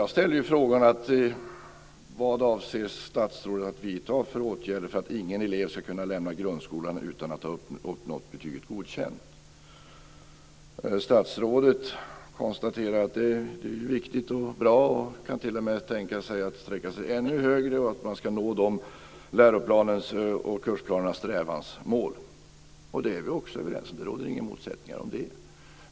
Jag ställde frågan vad statsrådet avser att vidta för åtgärder för att ingen elev ska kunna lämna grundskolan utan att ha uppnått betyget Godkänd. Statsrådet konstaterar att det är viktigt och bra och kan t.o.m. tänka sig att sträcka sig ännu längre, att eleverna ska nå läroplanens och kursplanernas strävansmål. Detta är vi också överens om. Det råder inga motsättningar om det.